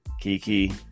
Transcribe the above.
Kiki